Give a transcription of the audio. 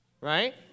right